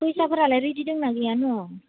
फैसाफोरालाय ready दंना गैयान'